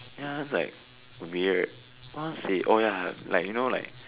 ya that's like weird honestly oh ya like you know like